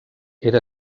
era